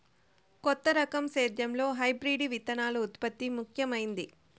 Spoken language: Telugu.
కొత్త రకం సేద్యంలో హైబ్రిడ్ విత్తనాల ఉత్పత్తి ముఖమైంది